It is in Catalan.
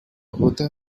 gota